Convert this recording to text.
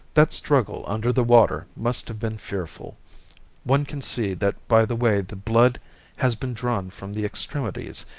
that struggle under the water must have been fearful one can see that by the way the blood has been drawn from the extremities.